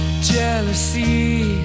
jealousy